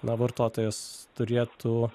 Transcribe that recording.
na vartotojas turėtų